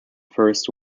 first